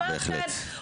בהחלט.